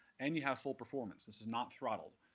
and you have full performance. this is not throttled.